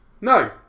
no